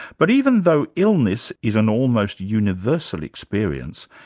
but even though illness is an almost universal experience,